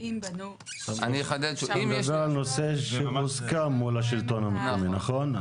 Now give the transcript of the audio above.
זה הנושא שהוסכם מול השלטון המקומי, נכון?